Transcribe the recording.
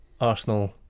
Arsenal